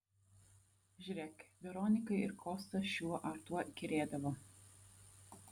žiūrėk veronikai ir kostas šiuo ar tuo įkyrėdavo